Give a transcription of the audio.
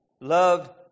loved